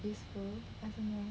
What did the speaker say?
useful I don't know